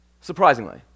surprisingly